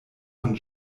von